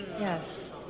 Yes